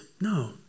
no